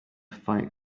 fight